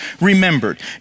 remembered